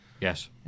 Yes